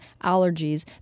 allergies